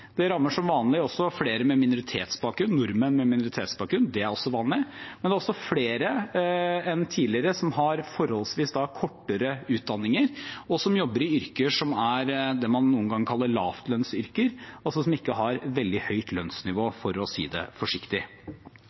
Men det er også flere enn tidligere som har forholdsvis korte utdanninger, og som jobber i yrker som er det man noen ganger kaller lavlønnsyrker, altså yrker som ikke har veldig høyt lønnsnivå, for å si det forsiktig.